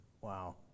wow